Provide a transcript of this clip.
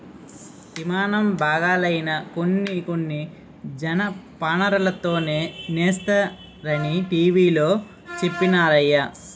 యిమానం బాగాలైనా కొన్ని కొన్ని జనపనారతోనే సేస్తరనీ టీ.వి లో చెప్పినారయ్య